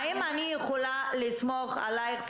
האם אני יכולה לסמוך עלייך,